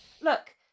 look